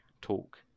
Talk